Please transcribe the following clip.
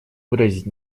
выразить